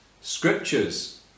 scriptures